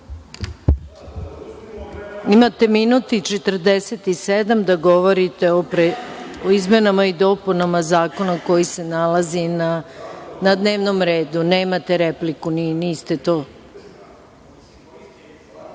Imate minut i 47 da govorite o izmenama i dopunama Zakona koji se nalazi na dnevnom redu, nemate repliku.(Đorđe